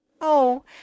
Oh